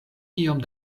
iom